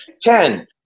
Ten